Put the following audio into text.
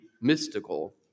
mystical